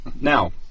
Now